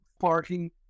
parking